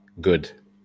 good